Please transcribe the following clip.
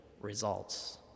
results